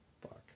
Fuck